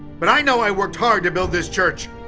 but i know i worked hard to build this church!